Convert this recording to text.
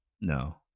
No